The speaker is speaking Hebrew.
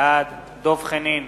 בעד דב חנין,